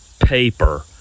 paper